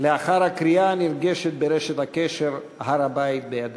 לאחר הקריאה הנרגשת ברשת הקשר: "הר-הבית בידינו".